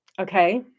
Okay